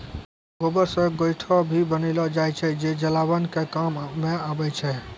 गोबर से गोयठो भी बनेलो जाय छै जे जलावन के काम मॅ आबै छै